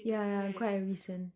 ya ya quite a recent